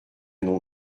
nom